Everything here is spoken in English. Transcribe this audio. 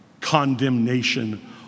condemnation